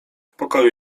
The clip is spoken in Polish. pokoju